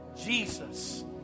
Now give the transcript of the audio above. Jesus